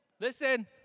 Listen